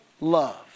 love